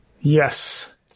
Yes